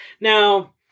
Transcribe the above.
Now